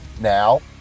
now